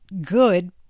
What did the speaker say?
good